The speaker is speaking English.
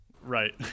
right